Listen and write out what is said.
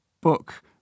book